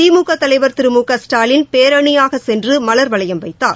திமுக தலைவர் மு க ஸ்டாலின் பேரணியாக சென்று மலர்வளையம் வைத்தார்